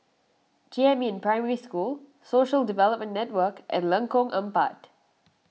Jiemin Primary School Social Development Network and Lengkong Empat